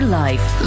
life